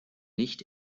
nicht